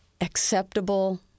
acceptable